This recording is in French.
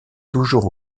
toujours